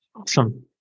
Awesome